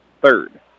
third